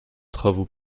travaux